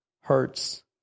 hurts